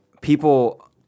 People